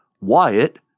Wyatt